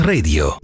Radio